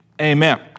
amen